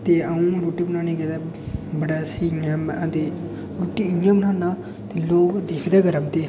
ते अं'ऊ रुट्टी बनाने गितै बड़ा स्हेई दे रुट्टी इं'या बनाना की लोक दिक्खदे गै रौंह्दे